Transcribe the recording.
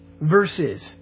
verses